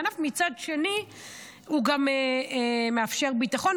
הענף ומצד שני הוא גם מאפשר ביטחון,